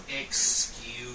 Excuse